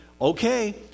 okay